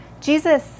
Jesus